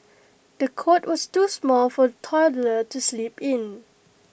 the cot was too small for the toddler to sleep in